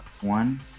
one